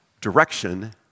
direction